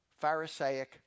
Pharisaic